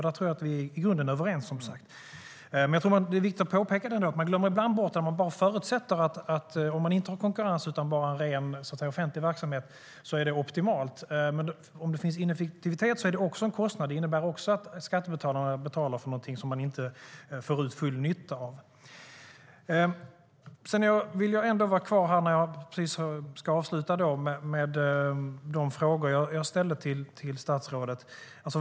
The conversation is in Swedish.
Där tror jag att vi i grunden är överens, som sagt. Jag tror ändå att det är viktigt att påpeka detta. Ibland förutsätter man att det är optimalt om man inte har konkurrens utan bara har en ren, så att säga, offentlig verksamhet. Men om det finns ineffektivitet är det en kostnad. Det innebär också att skattebetalarna betalar för någonting som de inte får ut full nytta av. Sedan vill jag, när jag precis ska avsluta, vara kvar vid de frågor jag ställde till statsrådet.